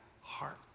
heart